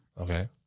Okay